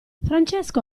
francesco